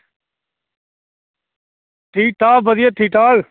ठीक ठाक बधिया ठीक ठाक